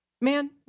man